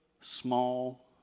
small